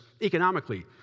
economically